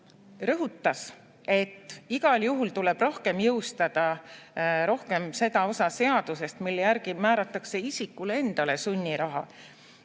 rõhutas, et igal juhul tuleb rohkem jõustada seda osa seadusest, mille järgi määratakse isikule endale sunniraha,